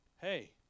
hey